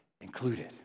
included